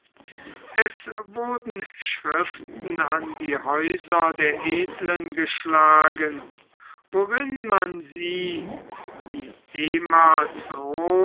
es wurden schriften an die häuser der edeln geschlagen worin man sie wie ehmals rom